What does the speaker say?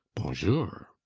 bonjour!